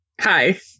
Hi